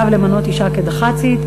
עליו למנות אישה לדח"צית.